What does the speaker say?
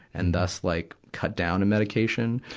and thus like cut down a medication.